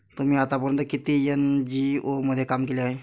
तुम्ही आतापर्यंत किती एन.जी.ओ मध्ये काम केले आहे?